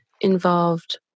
involved